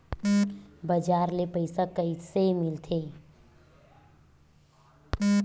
बजार ले पईसा कइसे मिलथे?